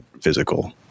physical